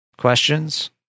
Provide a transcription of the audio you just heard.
questions